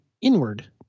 inward